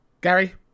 Gary